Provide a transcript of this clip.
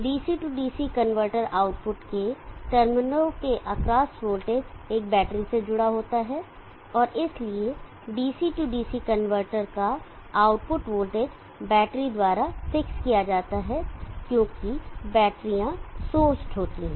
DC DC converter output के टर्मिनलों के एक्रॉस वोल्टेज एक बैटरी से जुड़ा होता है और इसलिए DC DC कनवर्टर का आउटपुट वोल्टेज बैटरी द्वारा फिक्स किया जाता है क्योंकि बैटरीया सोर्सड होती हैं